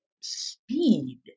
speed